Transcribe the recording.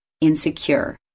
insecure